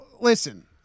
Listen